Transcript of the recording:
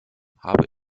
habe